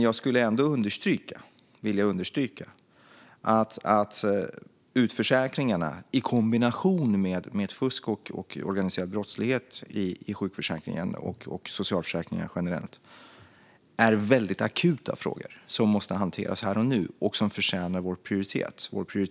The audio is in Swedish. Jag skulle ändå vilja understryka att utförsäkringarna, i kombination med fusk och organiserad brottslighet i sjukförsäkringen och i socialförsäkringarna generellt, är väldigt akuta frågor som måste hanteras här och nu och som förtjänar att prioriteras av oss.